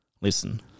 listen